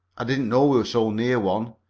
i didn't know we were so near one.